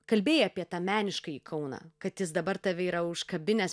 kalbėjai apie tą meniškąjį kauną kad jis dabar tave yra užkabinęs